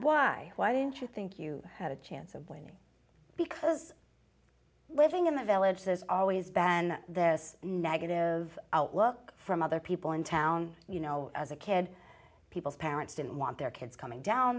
why why didn't you think you had a chance of winning because living in the village there's always ben this negative outlook from other people in town you know as a kid people's parents didn't want their kids coming down